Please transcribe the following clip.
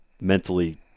mentally